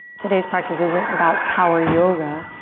today's practice isn't about power yoga,